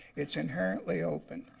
it's inherently open.